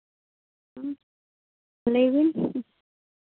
ᱚ ᱞᱟᱹᱭᱵᱤᱱ